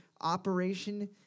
Operation